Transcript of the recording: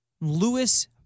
Lewis